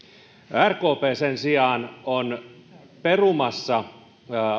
rkp sen sijaan on perumassa